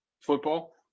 Football